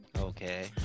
Okay